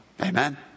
Amen